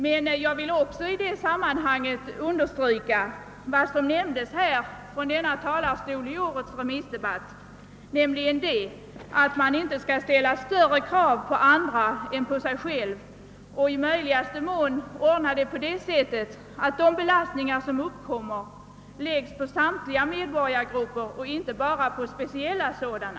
Men jag vill också i det sammanhanget understryka, vad som från denna talarstol sades i årets remissdebatt på tal om Nordek, nämligen att man inte skall ställa större krav på andra än på sig själv och att man i möjligaste mån skall ordna det på det sättet att de belastningar som uppkommer läggs på samtliga medborgargrupper och inte bara på speciella sådana.